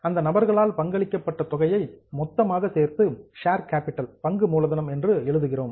அந்த நபர்களால் பங்களிக்கப்பட்ட தொகையை மொத்தமாக சேர்த்து ஷேர் கேப்பிட்டல் பங்கு மூலதனம் என்று எழுதுகிறோம்